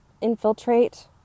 infiltrate